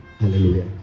Hallelujah